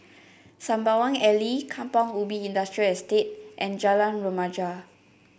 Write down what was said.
Sembawang Alley Kampong Ubi Industrial Estate and Jalan Remaja